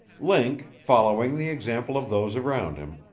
link, following the example of those around him,